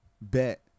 Bet